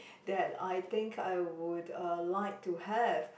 that I think I would uh like to have